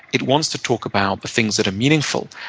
it wants to talk about the things that are meaningful.